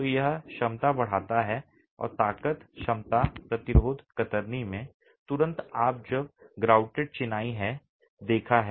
तो यह क्षमता बढ़ाता है ताकत क्षमता प्रतिरोध कतरनी में तुरंत जब आप grouted चिनाई है देखा है